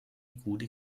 gute